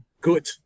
good